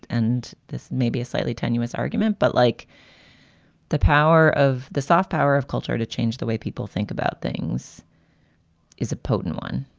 and this may be a slightly tenuous argument, but like the power of the soft power of culture, to change the way people think about things is a potent one.